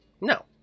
No